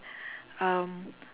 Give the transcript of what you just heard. um